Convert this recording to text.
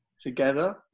together